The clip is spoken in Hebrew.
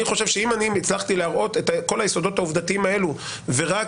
אני חושב שאם אני הצלחתי להראות את כל היסודות העובדתיים האלה ורק